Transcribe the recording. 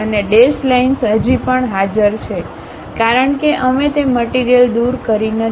અને dash lines હજી પણ હાજર છે કારણ કે અમે તે મટીરીયલ દૂર કરી નથી